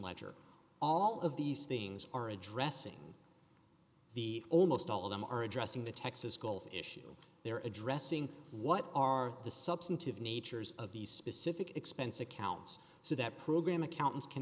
ledger all of these things are addressing the almost all of them are addressing the texas gulf issue they're addressing what are the substantive natures of these specific expense accounts so that program accountants can